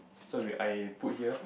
so we I put here